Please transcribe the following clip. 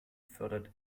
fördert